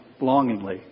longingly